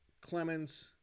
Clemens